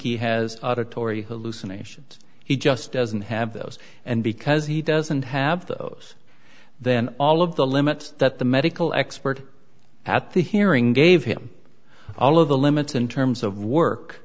he has auditory hallucinations he just doesn't have those and because he doesn't have those then all of the limits that the medical expert at the hearing gave him all of the limits in terms of work